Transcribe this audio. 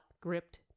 gripped